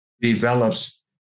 develops